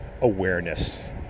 awareness